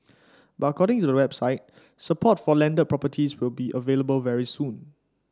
but according to the website support for landed properties will be available very soon